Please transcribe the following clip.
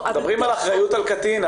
מדברים על אחריות על קטין.